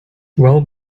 well